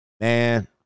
Man